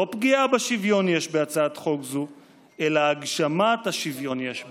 לא פגיעה בשוויון יש בהצעת חוק זו אלא הגשמת השוויון יש בה,